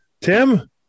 Tim